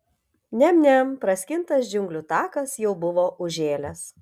niam niam praskintas džiunglių takas jau buvo užžėlęs